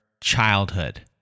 childhood